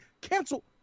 Cancel